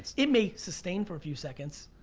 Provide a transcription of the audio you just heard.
it may sustain for a few seconds.